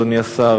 אדוני השר,